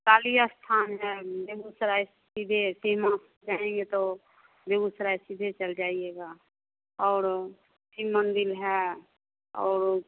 खाली स्थान जाएँगे बेगूसराय सीधे तो बेगूसराय सीधे चल जाइएगा औउर शिव मंदिर है और